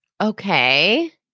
okay